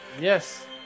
Yes